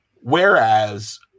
Whereas